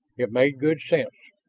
it made good sense.